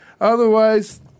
Otherwise